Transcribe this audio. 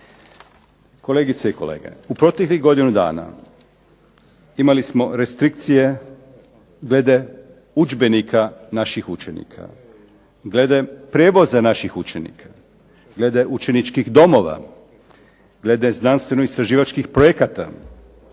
Kolegice i kolege, u proteklih godinu dana imali smo restrikcije glede udžbenika naših učenika, glede prijevoza naših učenika, glede učeničkih domova, glede znanstveno istraživačkih projekata.